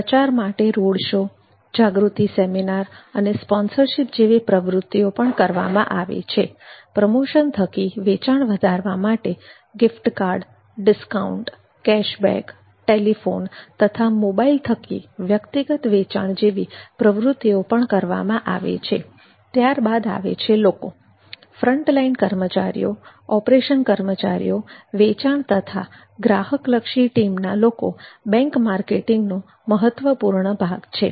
પ્રચાર માટે road show જાગૃતિ સેમિનાર અને સ્પોન્સરશિપ જેવી પ્રવૃત્તિઓ પણ કરવામાં આવે છે પ્રમોશન થકી વેચાણ વધારવા માટે gift card discount cashback telephone તથા મોબાઇલ થકી વ્યક્તિગત વેચાણ જેવી પ્રવૃત્તિઓ પણ કરવામાં આવે છે ત્યારબાદ આવે છે લોકો ફ્રન્ટલાઈન કર્મચારીઓ ઓપરેશન કર્મચારીઓ વેચાણ તથા ગ્રાહકલક્ષી ટીમના લોકો બેંક માર્કેટિંગનું મહત્વપૂર્ણ ભાગ છે